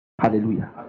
Hallelujah